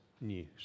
news